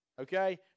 Okay